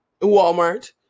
Walmart